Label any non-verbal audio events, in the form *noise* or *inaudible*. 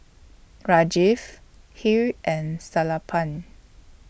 *unintelligible* Hri and Sellapan